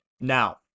now